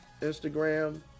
Instagram